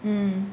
mm